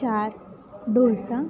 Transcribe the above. चार डोसा